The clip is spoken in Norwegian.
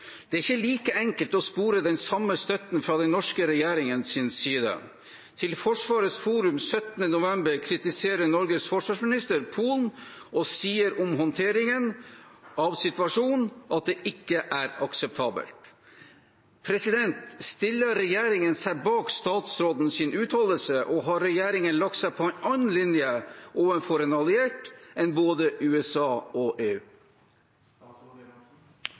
Det er ikke like enkelt å spore den samme støtten fra den norske regjeringens side. Til Forsvarets forum den 17. november kritiserer Norges forsvarsminister Polen og sier om håndteringen av situasjonen at det ikke er akseptabelt. Stiller regjeringen seg bak statsrådens uttalelse, og har regjeringen lagt seg på en annen linje overfor en alliert enn både USA og EU?